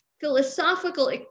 philosophical